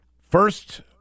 First